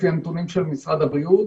לפי הנתונים של משרד הבריאות.